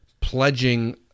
pledging